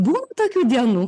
būna tokių dienų